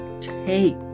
take